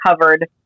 covered